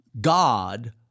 God